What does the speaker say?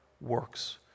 works